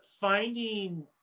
finding